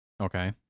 okay